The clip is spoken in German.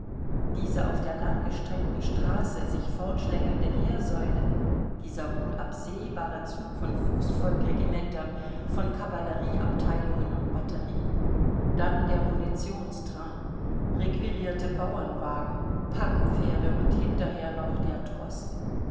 diese auf der langgestreckten straße sich fortschlängelnde heersäule dieser unabsehbare zug von fußvolkregimentern von kavallerieabteilungen und batterien dann der munitionstrain requirierte bauernwagen packpferde und hinterher noch der troß